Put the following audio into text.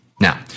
Now